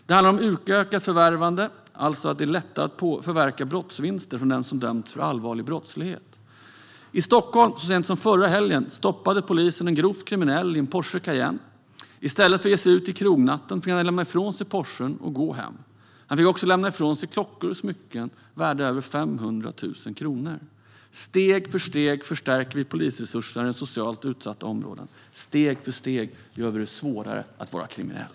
Det handlar om utökat förvärvande, alltså att det är lättare att förverka brottsvinster för den som döms för allvarlig brottslighet. I Stockholm stoppade polisen så sent som förra helgen en grovt kriminell person i en Porsche Cayenne. I stället för att ge sig ut i krognatten fick han lämna ifrån sig Porschen och gå hem. Han fick också lämna ifrån sig klockor och smycken värda över 500 000 kronor. Steg för steg förstärker vi polisresurserna i socialt utsatta områden. Steg för steg gör vi det svårare att vara kriminell.